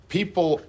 People